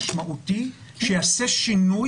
אבל מדגם מאוד משמעותי של 200 תיקים משנת 2020. אני מקווה שבשנת